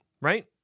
right